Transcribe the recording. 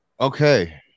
Okay